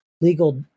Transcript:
legal